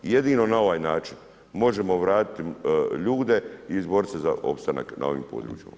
Jedino na ovaj način možemo vratiti ljude i izboriti se za opstanak na ovim područjima.